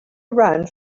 around